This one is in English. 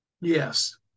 Yes